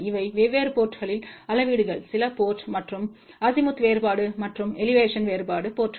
இவை வெவ்வேறு போர்ட்ங்களில் அளவீடுகள் சில போர்ட்ம் மற்றும் அசிமுத் வேறுபாடு மற்றும் எலிவேஷன் வேறுபாடு போர்ட்ங்கள்